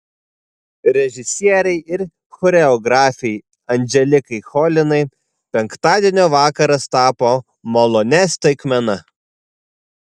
režisierei ir choreografei anželikai cholinai penktadienio vakaras tapo malonia staigmena